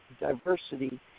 diversity